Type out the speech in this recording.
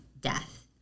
death